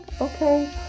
Okay